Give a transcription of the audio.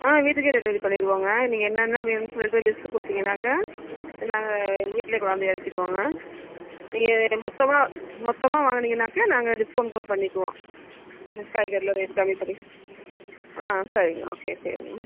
ஆ வீட்டுக்கே டெலிவரி பண்ணிடுவோம்ங்க நீங்கள் என்னென்ன வேணும்ன்னு சொல்லிவிட்டு லிஸ்ட்டு கொடுத்தீங்கனாக்கா நாங்கள் வீட்லேயே கொண்டாந்து இறக்கிடுவோங்க நீங்கள் மொத்தமாக மொத்தமாக வாங்குனீங்கனாக்கா நாங்கள் டிஸ்கௌண்ட் கூட பண்ணிக்குவோம் காய்கறிலாம் ரேட் கம்மி பண்ணி ஆ சரிங்க ஓகே சரிங்க